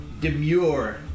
demure